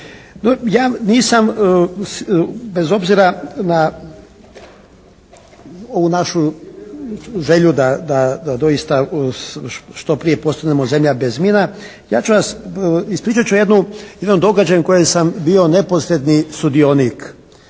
Ja nisam bez obzira na ovu našu želju da doista što prije postanemo zemlja bez mina. Ispričat ću jedan događaj kojem sam bio neposredni sudionik.